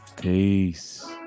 Peace